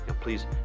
Please